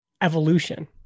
evolution